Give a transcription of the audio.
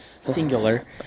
singular